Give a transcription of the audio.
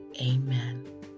Amen